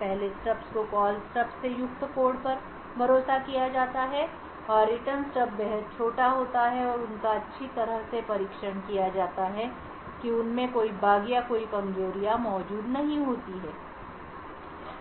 पहले स्टब्स को call stub से युक्त कोड पर भरोसा किया जाता है और रिटर्न स्टब बेहद छोटा होता है और उनका अच्छी तरह से परीक्षण किया जाता है और उनमें कोई बग या कोई कमजोरियां मौजूद नहीं होती हैं